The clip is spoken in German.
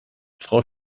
frau